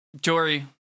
Jory